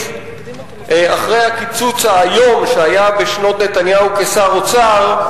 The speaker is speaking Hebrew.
אחרי הקיצוץ האיום שהיה בשנות נתניהו כשר אוצר,